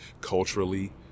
culturally